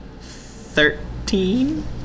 Thirteen